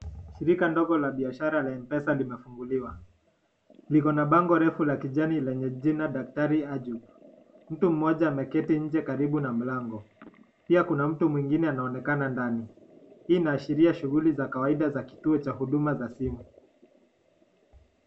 Shirika ndogo la biashara la M-Pesa limefunguliwa. Liko na bango refu la kijani lenye jina Daktari Ajuok. Mtu mmoja ameketi nje karibu na mlango. Pia kuna mtu mwingine anaonekana ndani. Hii inaashiria shughuli za kawaida za kituo cha huduma za simu.